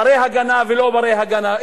בני-הגנה או לא בני-הגנה.